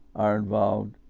are involved